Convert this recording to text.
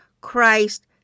Christ